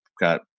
got